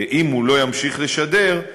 אם הוא לא ימשיך לשדר,